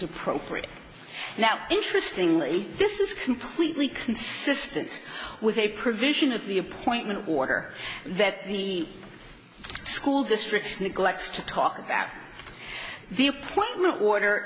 appropriate now interesting lee this is completely consistent with a provision of the appointment order that the school district neglects to talk about the appointment